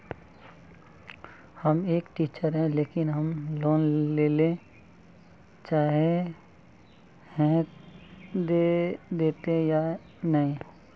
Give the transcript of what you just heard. हम एक टीचर है लेकिन हम लोन लेले चाहे है ते देते या नय?